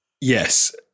Yes